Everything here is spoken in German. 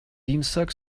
dienstag